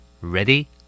Ready